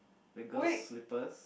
the girl's slippers